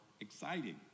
exciting